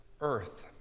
earth